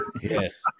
Yes